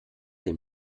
dem